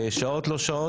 בשעות לא שעות.